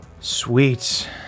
Sweet